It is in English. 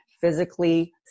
physically